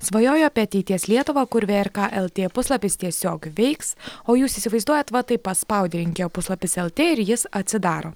svajojo apie ateities lietuvą kur vrk lt puslapis tiesiog veiks o jūs įsivaizduojat va taip paspaudi rinkėjo puslapis lt ir jis atsidaro